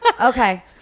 okay